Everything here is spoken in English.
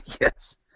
Yes